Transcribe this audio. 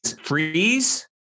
freeze